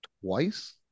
twice